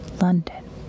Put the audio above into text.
London